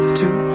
two